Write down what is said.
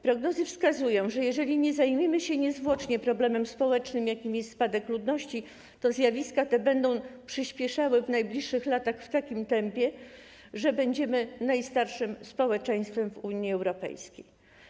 Prognozy wskazują, że jeżeli nie zajmiemy się niezwłocznie problemem społecznym, jakim jest spadek ludności, to zjawiska te będą przyspieszały w najbliższych latach w takim tempie, że będziemy najstarszym społeczeństwem w Unii Europejskiej.